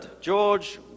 George